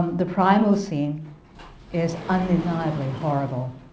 the primal scene is undeniably horrible,